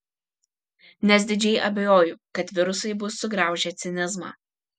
nes didžiai abejoju kad virusai bus sugraužę cinizmą